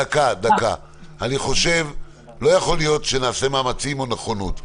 לא יכול להיות שנעשה מאמצים או נכונות.